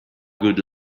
good